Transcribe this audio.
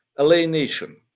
alienation